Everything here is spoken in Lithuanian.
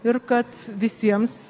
ir kad visiems